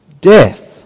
death